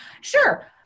Sure